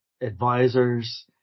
advisors